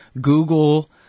Google